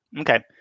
Okay